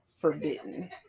forbidden